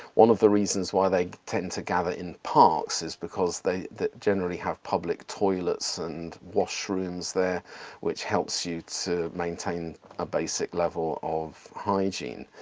one of the reasons why they tend to gather in parks is because they generally have public toilets and washrooms there which helps you to maintain a basic level of hygiene.